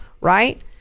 right